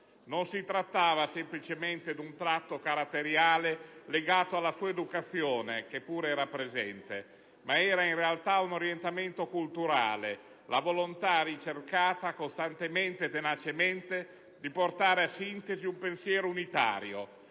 Non si trattava semplicemente di un tratto caratteriale legato alla sua educazione, che pure era presente, ma era in realtà un orientamento culturale, la volontà, ricercata costantemente e tenacemente, di portare a sintesi un pensiero unitario,